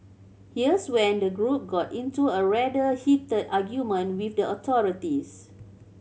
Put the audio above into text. here's when the group got into a rather heated argument with the authorities